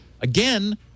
again